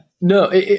No